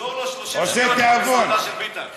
סגור לו 30 שניות עם המסעדה של ביטן.